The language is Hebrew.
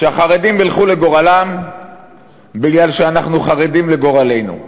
שהחרדים ילכו לגורלם מפני שאנחנו חרדים לגורלנו.